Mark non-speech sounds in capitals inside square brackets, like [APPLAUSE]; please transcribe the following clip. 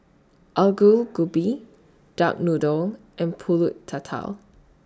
[UNINTELLIGIBLE] Gobi Duck Noodle and Pulut Tatal